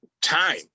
time